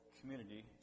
community